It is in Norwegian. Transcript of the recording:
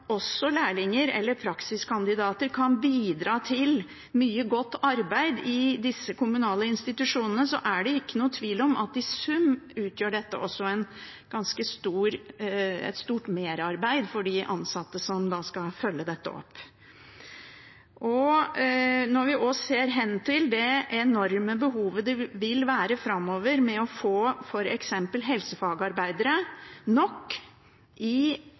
også lærlinger eller praksiskandidater kan bidra med mye godt arbeid i de kommunale institusjonene, er det ingen tvil om at i sum utgjør dette også et ganske stort merarbeid for de ansatte som skal følge dette opp. Når vi også ser hen til det enorme behovet det vil være framover for å få f.eks. nok helsefagarbeidere i omsorgen i